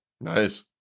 Nice